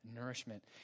nourishment